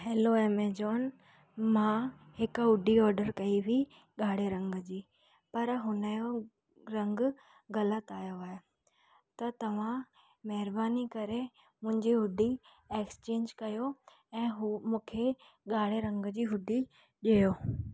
hello Amazon मां हिकु hoodie order कई हुई ॻाढे रंग जी पर हुन जो रंगु ग़लति आयो आहे त तव्हां महिरबानी करे मुंहिंजी हुडी एक्सचेंज कयो ऐं हू मूंखे ॻाढे रंग जी हुडी ॾियो